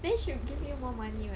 then should give you more money [what]